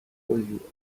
you